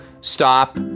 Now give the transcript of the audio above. stop